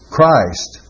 Christ